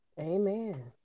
Amen